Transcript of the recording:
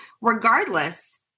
regardless